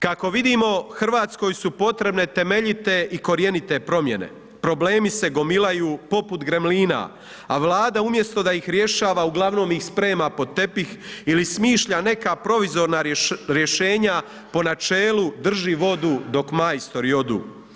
Kako vidimo Hrvatskoj su potrebne temeljite i korjenite promjene, problemi se gomilaju poput gremlina a Vlada umjesto da ih rješava uglavnom ih sprema pod tepih ili smišlja neka provizorna rješenja po načelu drži vodu dok majstori odu.